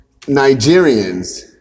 Nigerians